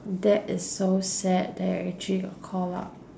that is so sad that you actually got call out